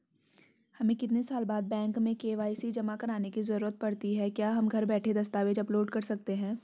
हमें कितने साल बाद बैंक में के.वाई.सी करवाने की जरूरत पड़ती है क्या हम घर बैठे दस्तावेज़ अपलोड कर सकते हैं?